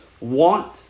want